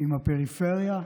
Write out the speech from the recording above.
עם הפריפריה,